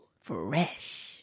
Fresh